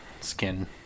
skin